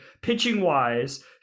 Pitching-wise